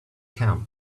camp